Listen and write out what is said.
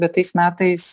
bet tais metais